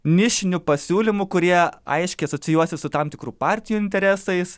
nišinių pasiūlymų kurie aiškiai asocijuosis su tam tikrų partijų interesais